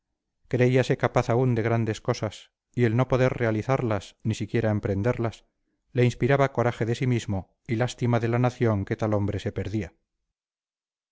porrazo creíase capaz aún de grandes cosas y el no poder realizarlas ni siquiera emprenderlas le inspiraba coraje de sí mismo y lástima de la nación que tal hombre se perdía